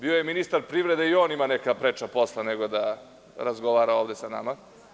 Bio je ministar privrede i on ima neka preča posla, nego da razgovara ovde sa nama.